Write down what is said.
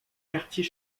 quartier